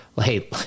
hey